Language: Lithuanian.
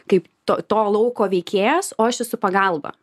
kaip to to lauko veikėjas o aš esu pagalba